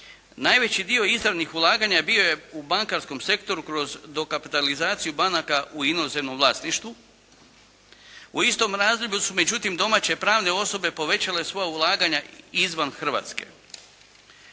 Najveći dio izravnih ulaganja bio je u bankarskom sektoru kroz dokapitalizaciju banaka u inozemnom vlasništvu. U istom razdoblju su međutim domaće pravne osobe povećale svoja ulaganja izvan Hrvatske.